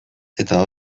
eta